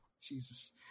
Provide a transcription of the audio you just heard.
Jesus